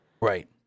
Right